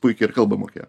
puikiai ir kalbą mokėjo